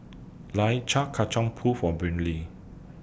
Kacang Pool For Brylee